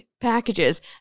packages